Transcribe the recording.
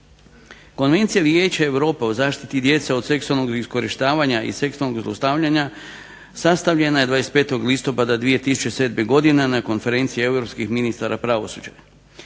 Konvencije vijeća Europe o zaštiti djece od seksualnog iskorištavanja i seksualnog zlostavljanja sastavljena je 25. listopada 2007. godine na konferenciji Europskih ministara pravosuđa.